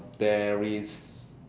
there is